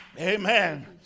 Amen